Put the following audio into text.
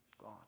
God